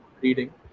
reading